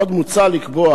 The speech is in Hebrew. עוד מוצע לקבוע